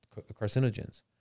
carcinogens